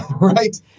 right